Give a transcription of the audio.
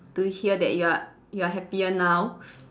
to hear that you are you are happier now